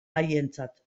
haientzat